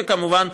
וכמובן,